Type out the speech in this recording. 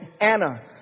Anna